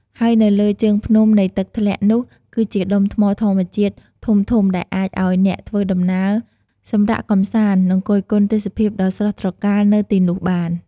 ហើយនៅលើជើងភ្នំនៃទឹកធ្លាក់នោះ គឺជាដុំថ្មធម្មជាតិធំៗដែលអាចឲ្យអ្នកធ្វើដំណើរសម្រាកកំសាន្ដ នឹងគយគន់ទេសភាពដ៏ស្រស់ត្រកាលនៅទីនោះបាន។